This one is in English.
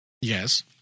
Yes